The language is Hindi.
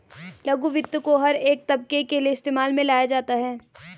लघु वित्त को हर एक तबके के लिये इस्तेमाल में लाया जाता है